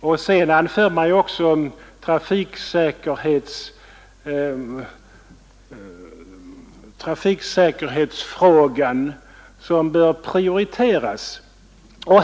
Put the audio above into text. Vidare anför man att trafiksäkerhetsfrågan bör prioriteras.